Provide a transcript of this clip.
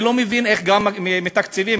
אני לא מבין גם איך מתקצבים.